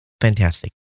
Fantastic